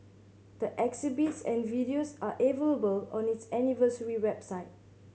the exhibits and videos are on its anniversary website